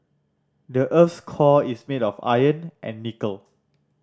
the earth's core is made of iron and nickel